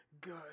good